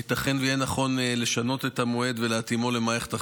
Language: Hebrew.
ייתכן שיהיה נכון לשנות את המועד ולהתאימו למערכת החינוך.